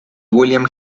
william